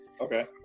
Okay